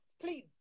please